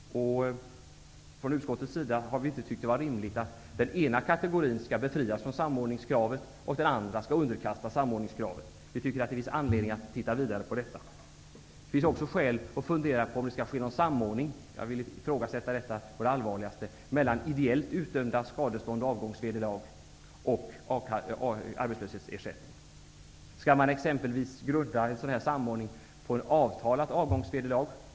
Vi i utskottet har inte ansett det vara rimligt att den ena kategorin skall befrias från samordningskravet, medan den andra skall underkastas detsamma. Vi tycker att det finns anledning att ytterligare titta på detta. Dessutom finns det skäl att fundera över om det skall ske en samordning -- jag ifrågasätter allvarligt en sådan -- mellan ideellt utdömda skadestånd och avgångsvederlag och arbetslöshetsersättning. Skall man exempelvis grunda en sådan samordning på avtalat avgångsvederlag?